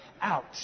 out